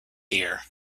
here